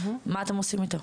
מה אתם עושים עם זה?